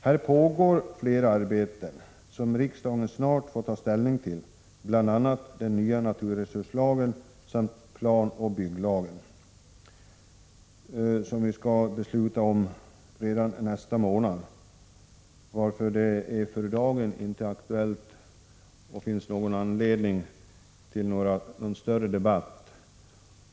Här pågår flera arbeten som riksdagen snart får ta ställning till, bl.a. den nya naturresurslagen samt planoch bygglagen, som vi skall besluta om redan nästa månad. Därför finns det för dagen inte anledning till någon större debatt.